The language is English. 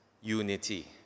unity